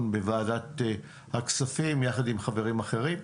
בוועדת הכספים יחד עם חברים אחרים.